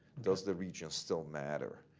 does the region still matter?